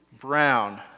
brown